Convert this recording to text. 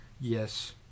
Yes